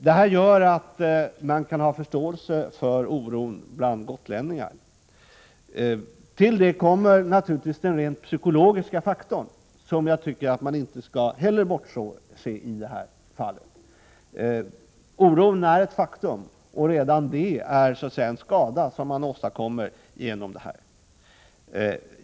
Detta gör att man kan ha förståelse för oron bland gotlänningar. Till det kommer naturligtvis den rent psykologiska faktorn, som jag inte heller tycker att man bör bortse från i detta fall. Oron är ett faktum, och redan därigenom har man åstadkommit skada.